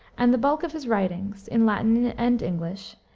and the bulk of his writings, in latin and english,